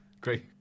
Great